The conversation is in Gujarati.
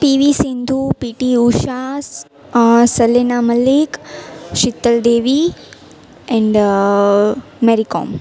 PV Sindhu PT Usha Salina Malik Sheetal Devi and Mary Kom